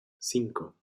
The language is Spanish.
cinco